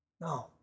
No